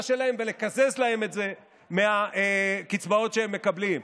שלהם ולקזז להם את זה מהקצבאות שהם מקבלים,